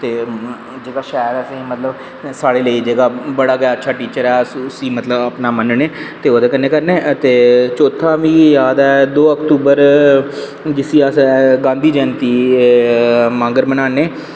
ते जेह्का शैल असेंगी मतलब साढ़े लेई जेह्का अच्छा गै टीचर ऐ ते उसी मतलब अपना मन्नने ते उसी ते चौथा मिगी याद ऐ दो अक्तूबर ते जिसी अस गांधी जंयती मनान्ने